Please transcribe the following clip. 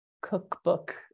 cookbook